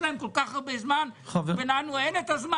להם כל כך הרבה זמן ולנו אין את הזמן?